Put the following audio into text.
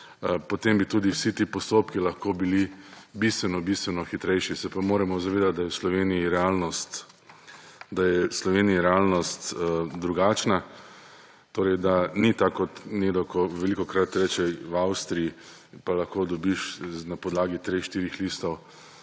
potem bi tudi vsi ti postopki lahko bili bistveno bistveno hitrejši. Se pa moramo zavedati, da je v Sloveniji realnost drugačna, torej da ni tako, kot nekdo velikokrat reče, da v Avstriji pa lahko dobiš na podlagi treh, štirih listov